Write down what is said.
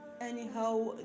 anyhow